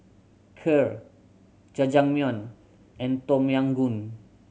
Kheer Jajangmyeon and Tom Yam Goong